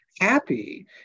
happy